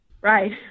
Right